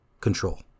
control